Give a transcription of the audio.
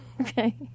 Okay